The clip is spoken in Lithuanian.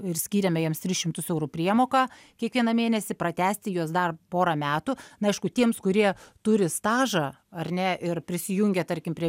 ir skyrėme jiems tris šimtus eurų priemoką kiekvieną mėnesį pratęsti juos dar porą metų na aišku tiems kurie turi stažą ar ne ir prisijungia tarkim prie